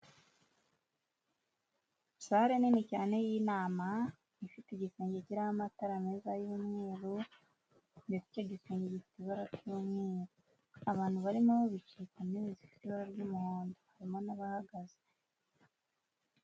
Sale nini cyane y'inama ifite igisenge kiriho amatara meza y'umweru ndetse icyo gisenge gifite ibbara ry'umweru, abantu barimo bicaye ku ntebe zifite ibara ry'umuhondo harimo n'abahagaze.